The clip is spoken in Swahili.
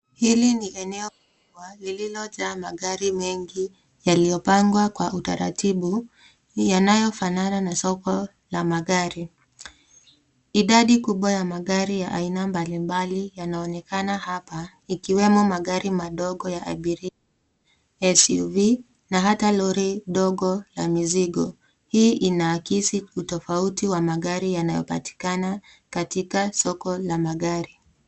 Hili ni eneo kubwa lililojaa magari mengi yaliyopangwa kwa utaratibu, yanayofanana na soko la magari. Idadi kubwa ya magari ya aina mbalimbali yanaonekana hapa, ikiwemo magari madogo ya abiria, SUV na hata lori ndogo la mizigo. Hii inaakisi utofauti wa magari yanayopatikana katika soko la magari.